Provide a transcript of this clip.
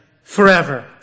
forever